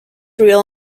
real